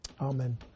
Amen